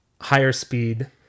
higher-speed